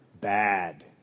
bad